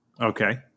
Okay